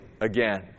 again